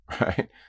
right